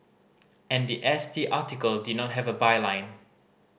and the S T article did not have a byline